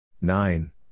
Nine